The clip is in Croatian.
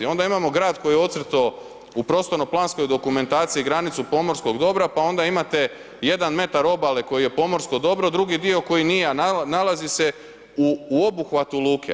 Onda imamo grad koji je ocrto u prostorno planskoj dokumentaciji granicu pomorskog dobra, pa ona imate jedan metar obale koji je pomorsko dobro, drugi dio koji nije, a nalazi se u obuhvatu luke.